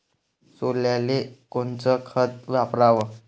सोल्याले कोनचं खत वापराव?